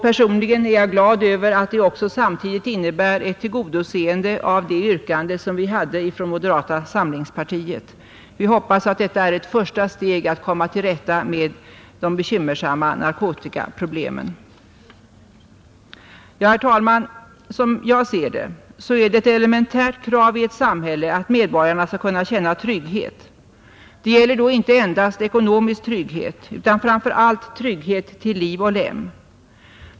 Personligen är jag glad över att det samtidigt innebär ett tillgodoseende av det yrkande som vi hade från moderata samlingspartiet. Vi hoppas att detta är ett första steg för att komma till rätta med de bekymmersamma narkotikaproblemen. Herr talman! Som jag ser det är det ett elementärt krav i ett samhälle att medborgarna skall kunna känna trygghet. Det gäller då inte endast ekonomisk trygghet utan framför allt trygghet till liv och lem.